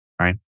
right